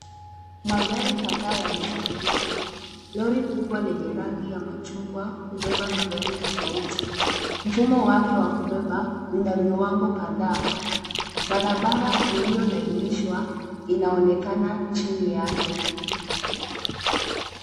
Magari kadhaa yamesafirishwa. Lori kubwa lenye rangi ya machungwa hubeba magari tofauti. Mfumo wapya wa kubeba una viwango kadhaa. Barabara iliyolainishwa inaonekana chini yake.